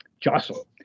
jostle